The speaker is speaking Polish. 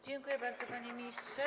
Dziękuję bardzo, panie ministrze.